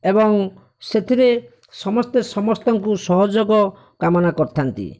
ଏବଂ ସେଥିରେ ସମସ୍ତେ ସମସ୍ତଙ୍କୁ ସହଯୋଗ କାମନା କରିଥାନ୍ତି